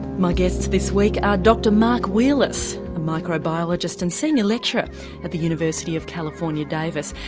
my guests this week are dr mark wheelis, a microbiologist and senior lecturer at the university of california, davis.